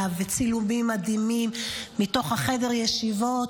וצילומים מדהימים מתוך חדר הישיבות,